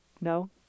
No